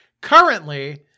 currently